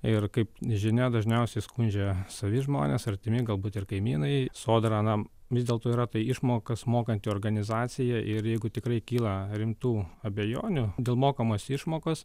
ir kaip žinia dažniausiai skundžia savi žmonės artimi galbūt ir kaimynai sodra na vis dėlto yra tai išmokas mokanti organizacija ir jeigu tikrai kyla rimtų abejonių dėl mokamos išmokos